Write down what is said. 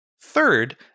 Third